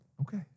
Okay